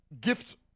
gift